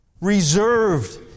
reserved